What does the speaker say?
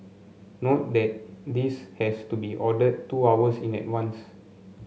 note that this has to be ordered two hours in advance